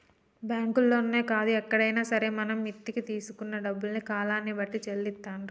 బ్యాంకుల్లోనే కాదు ఎక్కడైనా సరే మనం మిత్తికి తీసుకున్న డబ్బుల్ని కాలాన్ని బట్టి చెల్లిత్తారు